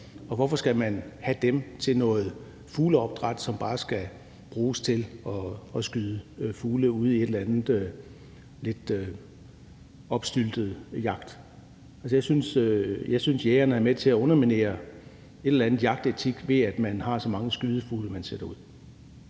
og hvorfor skal man have dem til noget fugleopdræt, som bare skal bruges til, at man kan skyde fugle ude til en eller anden lidt opstyltet jagt. Altså, jeg synes, at jægerne er med til at underminere et eller andet ved vores jagtetik, ved at man har så mange skydefugle, som man sætter ud.